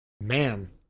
man